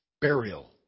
Burial